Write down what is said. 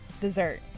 dessert